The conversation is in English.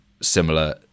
similar